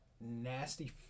nasty